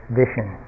vision